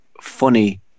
funny